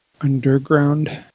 underground